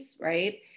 right